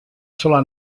sola